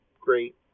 great